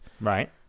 Right